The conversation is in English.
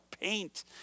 Paint